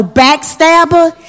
backstabber